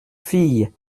fille